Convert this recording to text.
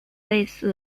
类似